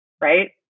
right